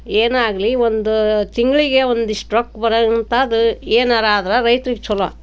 ಏನಾಗಲೀ ಒಂದು ತಿಂಗಳಿಗೆ ಒಂದಿಷ್ಟು ರೊಕ್ಕ ಬರೋಂಥಾದು ಏನಾರಾದ್ರೂ ರೈತ್ರಿಗೆ ಛಲೋ